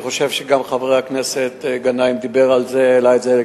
אני חושב שגם חבר הכנסת גנאים דיבר על זה,